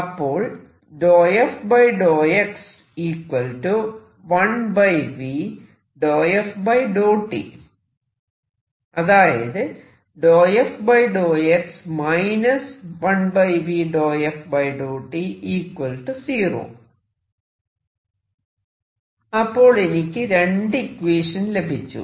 അപ്പോൾ അതായത് അപ്പോൾ എനിക്ക് രണ്ടു ഇക്വേഷൻ ലഭിച്ചു